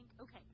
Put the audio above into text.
okay